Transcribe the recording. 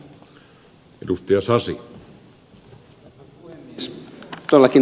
arvoisa puhemies